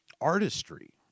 artistry